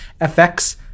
FX